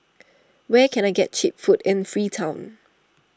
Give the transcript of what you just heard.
where can I get Cheap Food in Freetown